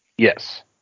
Yes